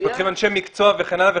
מתפתחים אנשי מקצוע וכן הלאה.